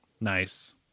nice